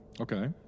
Okay